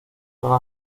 zona